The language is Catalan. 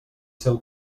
seu